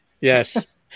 Yes